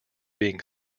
being